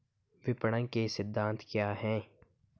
विपणन के सिद्धांत क्या हैं?